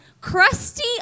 crusty